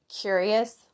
curious